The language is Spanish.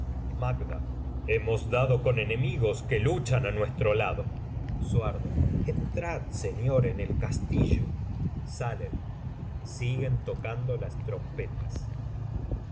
hemos dado con enemigos que luchan á nuestro lado suardo entrad señor en el castillo saien siguen tocando las trompetas macbeth escena vi